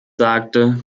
sagte